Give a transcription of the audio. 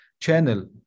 channel